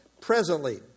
presently